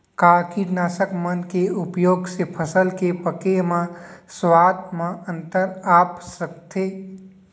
का कीटनाशक मन के उपयोग से फसल के पके म स्वाद म अंतर आप सकत हे?